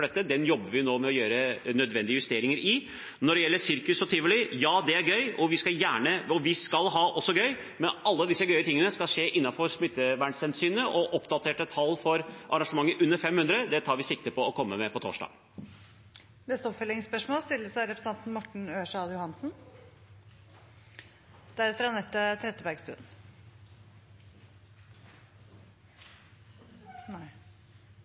dette. Den jobber vi nå med å gjøre nødvendige justeringer i. Når det gjelder sirkus og tivoli – ja, det er gøy, og vi skal også ha det gøy, men alle disse gøye tingene skal skje innenfor smittevernhensyn. Oppdaterte tall for arrangementer under 500 tar vi sikte på å komme med på torsdag. Morten Ørsal Johansen – til oppfølgingsspørsmål.